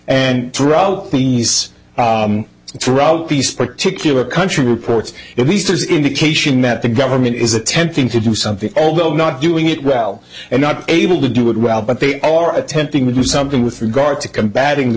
and throughout these throughout these particular country reports it was there's indication that the government is attempting to do something although not doing it well and not able to do it well but they are attempting to do something with regard to combating the